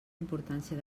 importància